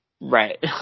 Right